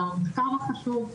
על המחקר החשוב.